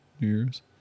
Year's